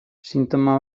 sintoma